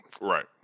Right